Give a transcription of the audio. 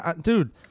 dude